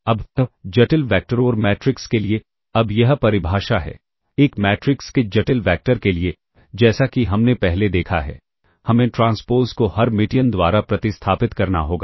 अब जटिल वैक्टर और मैट्रिक्स के लिए अब यह परिभाषा है एक मैट्रिक्स के जटिल वैक्टर के लिए जैसा कि हमने पहले देखा है हमें ट्रांसपोज़ को हर्मिटियन द्वारा प्रतिस्थापित करना होगा